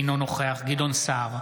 אינו נוכח גדעון סער,